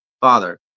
Father